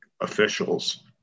officials